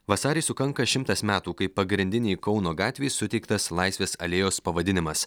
vasarį sukanka šimtas metų kai pagrindinei kauno gatvei suteiktas laisvės alėjos pavadinimas